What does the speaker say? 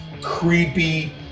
creepy